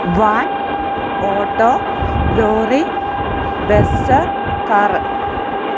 van auto lorry bus car